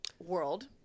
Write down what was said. World